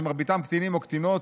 שמרביתם קטינים או קטינות,